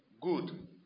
Good